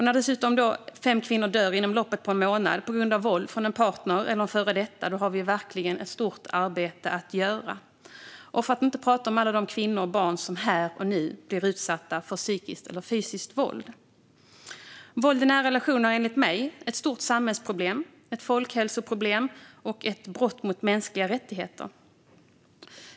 När dessutom fem kvinnor dör inom loppet av en månad på grund av våld från en partner eller en före detta har vi verkligen ett stort arbete att göra - för att inte tala om alla de kvinnor och barn som här och nu blir utsatta för psykiskt eller fysiskt våld. Våld i nära relationer är enligt mig ett stort samhällsproblem, ett folkhälsoproblem och ett brott mot mänskliga rättigheter.